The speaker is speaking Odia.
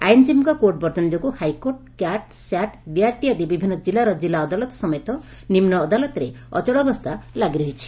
ଆଇନଜୀବୀଙ୍କ କୋର୍ଟ ବର୍ଜନ ଯୋଗୁ ହାଇକୋର୍ଟ କ୍ୟାଟ୍ ସ୍ୟାଟ୍ ଡିଆରଟି ଆଦି ବିଭିନ୍ନ ଜିଲ୍ଲାର ଜିଲ୍ଲା ଅଦାଲତ ସମେତ ନିମ୍ନ ଅଦାଲତରେ ଅଚଳାବସ୍ରା ଲାଗି ରହିଛି